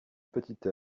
petite